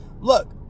Look